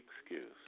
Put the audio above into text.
excuse